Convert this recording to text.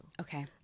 Okay